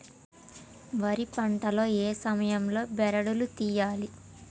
వరి పంట లో ఏ సమయం లో బెరడు లు తియ్యాలి?